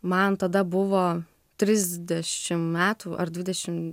man tada buvo trisdešim metų ar dvidešim